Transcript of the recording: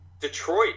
Detroit